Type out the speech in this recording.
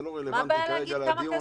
זה לא רלוונטי כרגע לדיון.